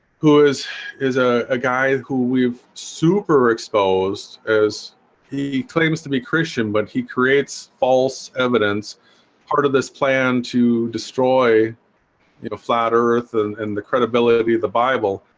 who is is ah a guy who we've super exposed as he claims to be christian? but he creates all so evidence part of this plan to destroy you know flat earth and and the credibility of the bible